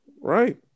Right